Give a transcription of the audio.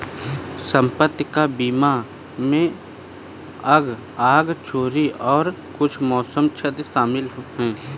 संपत्ति का बीमा में आग, चोरी और कुछ मौसम क्षति शामिल है